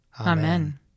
Amen